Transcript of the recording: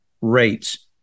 rates